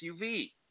SUV